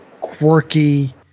quirky